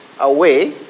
away